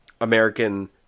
American